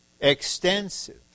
extensive